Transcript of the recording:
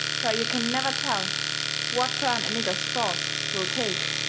fur you can never tell what turn a nigger's thoughts will take,